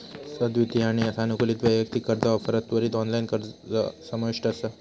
अद्वितीय आणि सानुकूलित वैयक्तिक कर्जा ऑफरात त्वरित ऑनलाइन अर्ज समाविष्ट असा